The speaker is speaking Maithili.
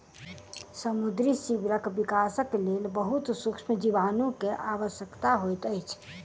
समुद्री सीवरक विकासक लेल बहुत सुक्ष्म जीवाणु के आवश्यकता होइत अछि